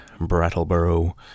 Brattleboro